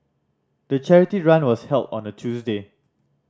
the charity run was held on a Tuesday